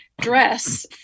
dress